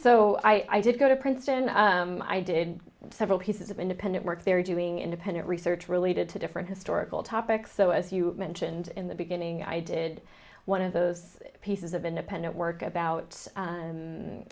so i did go to princeton i did several pieces of independent work there doing independent research related to different historical topics so as you mentioned in the beginning i did one of those pieces of independent work about